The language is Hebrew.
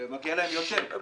וגם מגיע להם יותר.